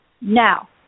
Now